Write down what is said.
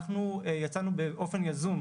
אנחנו יצאנו באופן יזום,